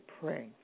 pray